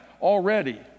already